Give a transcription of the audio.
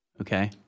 Okay